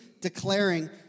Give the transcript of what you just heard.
declaring